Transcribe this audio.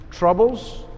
Troubles